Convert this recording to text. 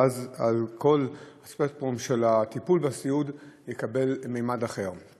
ואז כל הספקטרום של הטיפול בסיעוד יקבל ממד אחר.